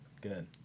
Good